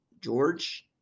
George